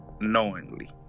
knowingly